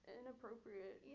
inappropriate